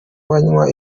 banywa